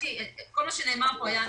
כל מה שנאמר פה הוא נכון.